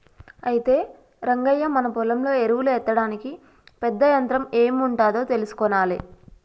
అయితే రంగయ్య మన పొలంలో ఎరువులు ఎత్తడానికి పెద్ద యంత్రం ఎం ఉంటాదో తెలుసుకొనాలే